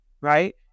right